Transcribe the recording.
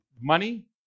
money